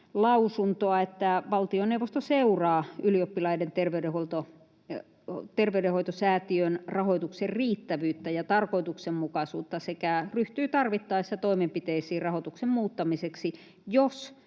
lausuntoa, että valtioneuvosto seuraa Ylioppilaiden terveydenhoitosäätiön rahoituksen riittävyyttä ja tarkoituksenmukaisuutta sekä ryhtyy tarvittaessa toimenpiteisiin rahoituksen muuttamiseksi, jos